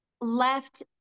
left